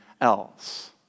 else